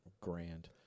grand